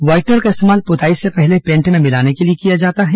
whitener का इस्तेमाल पुताई से पहले पेंट में मिलाने के लिए किया जाता है